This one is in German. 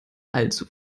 allzu